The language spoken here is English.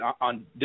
on